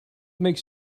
makes